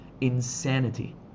insanity